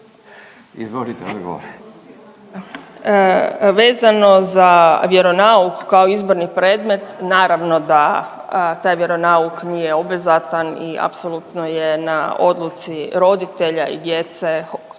Andreja** Vezano za vjeronauk kao izborni predmet naravno da taj vjeronauk nije obvezatan i apsolutno je na odluci roditelja i djece